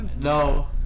No